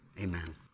Amen